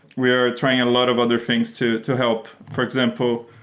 we are trying a lot of other things to to help. for example,